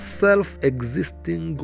self-existing